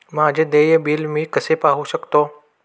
माझे देय बिल मी कसे पाहू शकतो?